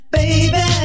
baby